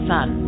Sun